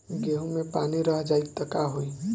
गेंहू मे पानी रह जाई त का होई?